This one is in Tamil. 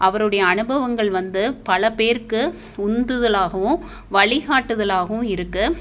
அவருடைய அனுபவங்கள் வந்து பல பேருக்கு உந்துதலாகவும் வழிகாட்டுதலாகவும் இருக்குது